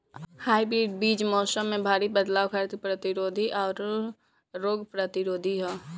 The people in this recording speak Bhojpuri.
हाइब्रिड बीज मौसम में भारी बदलाव खातिर प्रतिरोधी आउर रोग प्रतिरोधी ह